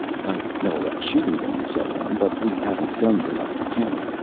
i know about shooting them, and so on, but we haven't guns enough to count.